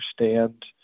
understand